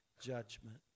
judgment